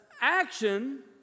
action